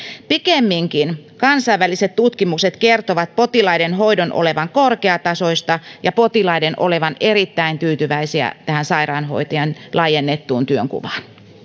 pikemminkin kansainväliset tutkimukset kertovat potilaiden hoidon olevan korkeatasoista ja potilaiden olevan erittäin tyytyväisiä tähän sairaanhoitajien laajennettuun työnkuvaan